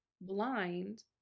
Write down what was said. blind